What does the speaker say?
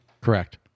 Correct